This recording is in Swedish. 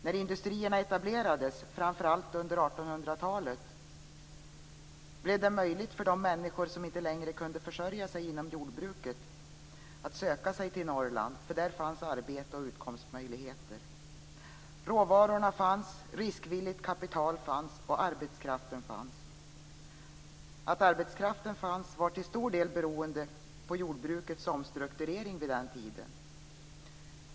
När industrierna etablerades, framför allt under 1800-talet, blev det möjligt för de människor som inte längre kunde försörja sig inom jordbruket att söka sig till Norrland, för där fanns arbete och utkomstmöjligheter. Råvarorna fanns, riskvilligt kapital fanns och arbetskraften fanns. Att arbetskraften fanns berodde till stor del på jordbrukets omstrukturering vid den tiden.